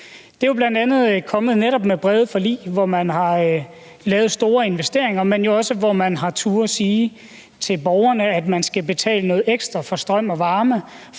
Det er jo netop kommet i stand med brede forlig, hvor man har lavet store investeringer, men hvor man også har turdet sige til borgerne, at de skal betale noget ekstra for strøm og varme,